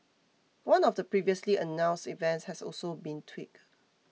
one of the previously announced events has also been tweaked